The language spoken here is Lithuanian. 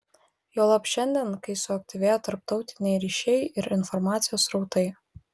juolab šiandien kai suaktyvėjo tarptautiniai ryšiai ir informacijos srautai